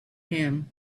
him